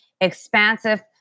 expansive